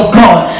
god